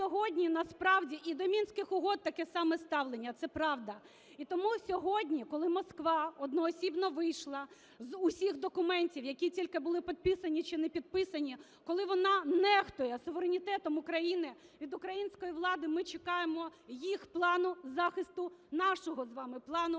сьогодні насправді… І до Мінських угод таке саме ставлення, це правда. І тому сьогодні, коли Москва одноосібно вийшла з усіх документів, які тільки були підписані чи не підписані, коли вона нехтує суверенітетом України, від української влади ми чекаємо їх плану захисту, нашого з вами плану